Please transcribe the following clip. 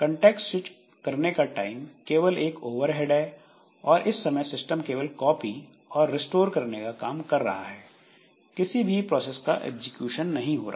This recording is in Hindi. कोंटेक्स्ट स्विच करने का टाइम केवल एक ओवरहेड है और इस समय सिस्टम केवल कॉपी और रिस्टोर करने का काम कर रहा है किसी भी प्रोसेस का एग्जीक्यूशन नहीं हो रहा